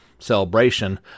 celebration